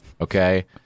okay